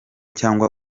cyangwa